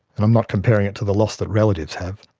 and i'm not comparing it to the loss that relatives have.